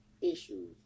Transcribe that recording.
issues